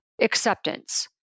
acceptance